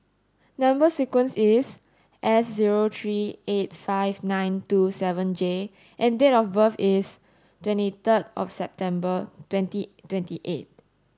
number sequence is S zero three eight five nine two seven J and date of birth is twenty third of September twenty twenty eight